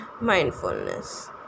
mindfulness